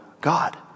God